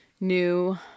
new